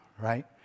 right